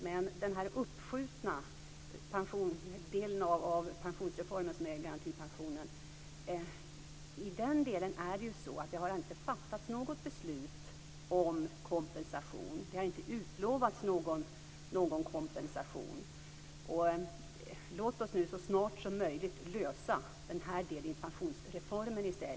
Men när det gäller denna uppskjutna del av pensionsreformen, garantipensionen, har det inte fattats något beslut om kompensation. Det har inte utlovats någon kompensation. Låt oss i stället så snart som möjligt lösa frågorna i denna del av pensionsreformen.